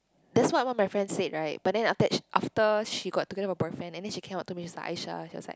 that's what my friend said right but then after that she after she got together with her boyfriend and then she came up to me she's Aisyah she was like